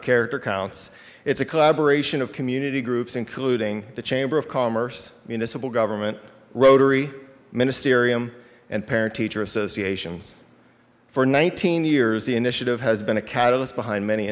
of character counts it's a collaboration of community groups including the chamber of commerce municipal government rotary ministerial and parent teacher association for nineteen years the initiative has been a catalyst behind many